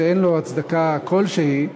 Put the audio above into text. שאין לו הצדקה כלשהי,